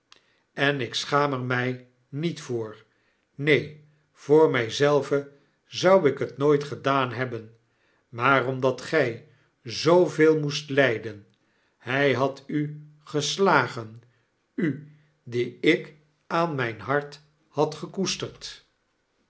en ik schaam ermij niet voor neen voor mij zelve zou ik het nooit gedaan heb ben maar omdat gij zooveel moest lijden hij had u geslagen u die ik aan mijn hart had gekoesterd